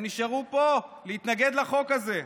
הם נשארו פה להתנגד לחוק הזה.